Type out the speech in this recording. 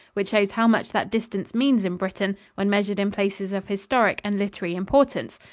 which shows how much that distance means in britain when measured in places of historic and literary importance,